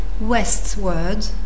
westward